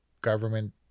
government